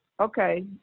Okay